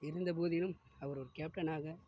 இருந்தபோதிலும் அவர் ஒரு கேப்டனாக